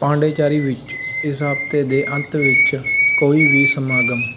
ਪੌਂਡੇਚੇਰੀ ਵਿੱਚ ਇਸ ਹਫ਼ਤੇ ਦੇ ਅੰਤ ਵਿੱਚ ਕੋਈ ਵੀ ਸਮਾਗਮ